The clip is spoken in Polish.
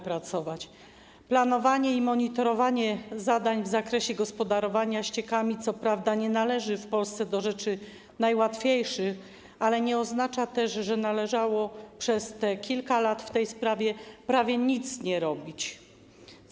Planowanie i monitorowanie zadań w zakresie gospodarowania ściekami co prawda nie należy w Polsce do rzeczy najłatwiejszych, ale nie oznacza też, że należało przez tych kilka lat w tej sprawie nie robić prawie nic.